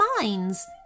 minds